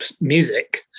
music